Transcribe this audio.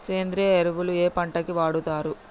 సేంద్రీయ ఎరువులు ఏ పంట కి వాడుతరు?